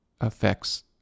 affects